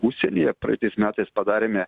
užsienyje praeitais metais padarėme